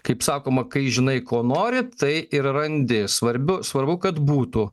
kaip sakoma kai žinai ko nori tai ir randi svarbiu svarbu kad būtų